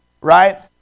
right